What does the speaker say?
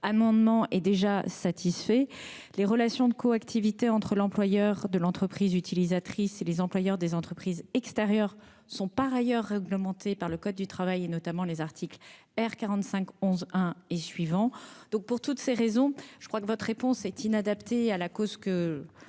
amendement est donc déjà satisfait. Les relations de coactivité entre l'employeur de l'entreprise utilisatrice et les employeurs des entreprises extérieures sont, par ailleurs, réglementées par le code du travail, notamment par les articles R. 4511-1 et suivants. Pour toutes ces raisons, d'un point de vue technique et légistique,